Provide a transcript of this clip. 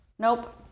Nope